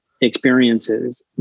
experiences